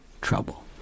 trouble